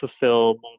fulfill